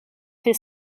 fait